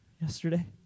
yesterday